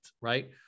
right